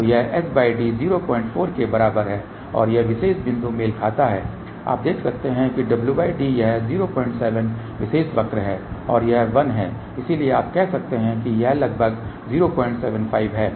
तो यह sd 04 के बराबर है और यह विशेष बिंदु मेल खाता है आप देख सकते हैं wd यह 07 विशेष वक्र है और यह 1 है इसलिए आप कह सकते हैं कि यह लगभग 075 है